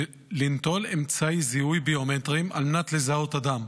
לנטול אמצעי זיהוי ביומטריים על מנת לזהות אדם.